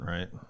Right